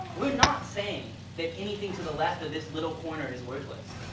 we are not saying that anything to the left of this little corner is worthless.